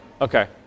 Okay